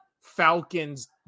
Falcons